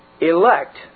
elect